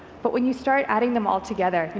but when you start adding them all together,